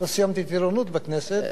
לא סיימתי טירונות בכנסת.